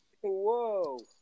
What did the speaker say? Whoa